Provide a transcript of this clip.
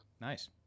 Nice